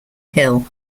hill